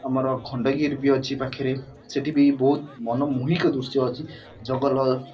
ଆମର ଖଣ୍ଡଗିରି ବି ଅଛି ପାଖରେ ସେଠି ବି ବହୁତ ମନ ମୋହିକ ଦୃଶ୍ୟ ଅଛି ଜଙ୍ଗଲ